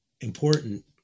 important